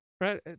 right